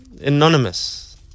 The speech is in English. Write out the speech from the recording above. anonymous